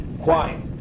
quiet